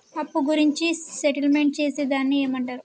అప్పు గురించి సెటిల్మెంట్ చేసేదాన్ని ఏమంటరు?